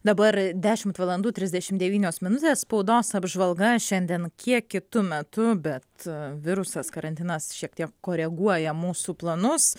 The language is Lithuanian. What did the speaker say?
dabar dešimt valandų trisdešimt devynios minutės spaudos apžvalga šiandien kiek kitu metu bet virusas karantinas šiek tiek koreguoja mūsų planus